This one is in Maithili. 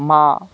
माँ